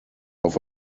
auf